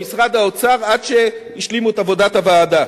במשרד האוצר עד שהשלימו את עבודת הוועדה.